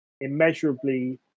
immeasurably